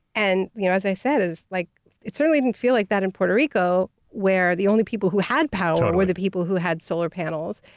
and you know as i said, like it certainly didn't feel like that in puerto rico, where the only people who had power were the people who had solar panels,